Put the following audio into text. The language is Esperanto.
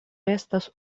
estas